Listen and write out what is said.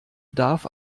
darf